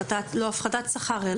לא הפחתת שכר.